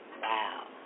wow